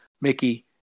Mickey